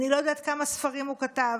אני לא יודעת כמה ספרים הוא כתב,